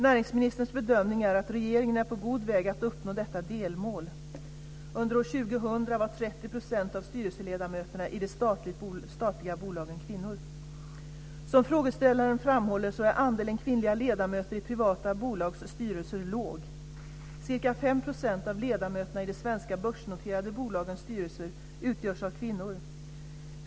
Näringsministerns bedömning är att regeringen är på god väg att uppnå detta delmål. Under år 2000 var Som frågeställaren framhåller är andelen kvinnliga ledamöter i privata bolags styrelser låg. Ca 5 % av ledamöterna i de svenska börsnoterade bolagens styrelser utgörs av kvinnor.